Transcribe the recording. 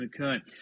Okay